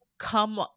Come